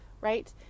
right